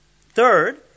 Third